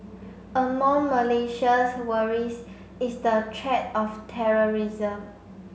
among Malaysia's worries is the threat of terrorism